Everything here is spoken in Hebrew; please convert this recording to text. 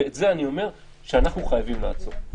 ואת זה אני אומר שאנחנו חייבים לעצור.